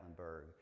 Gatlinburg